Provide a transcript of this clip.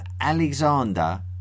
Alexander